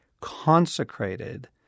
consecrated